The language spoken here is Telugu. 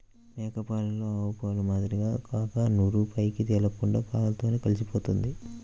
మేక పాలలో ఆవుపాల మాదిరిగా కాక నురుగు పైకి తేలకుండా పాలతో కలిసిపోతుంది